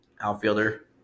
outfielder